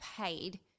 paid